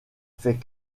fait